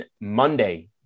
Monday